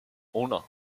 uno